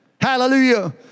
Hallelujah